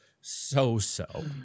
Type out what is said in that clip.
so-so